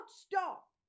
stop